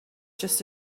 just